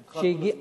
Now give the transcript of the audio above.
בזמן.